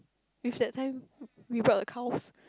with that time we brought the cows